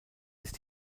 ist